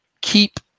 keep